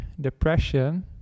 depression